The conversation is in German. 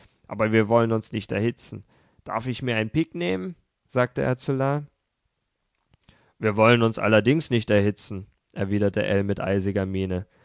aber wir wollen uns nicht erhitzen darf ich mir ein pik nehmen sagte er zu la wir wollen uns allerdings nicht erhitzen erwiderte ell mit eisiger miene